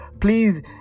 please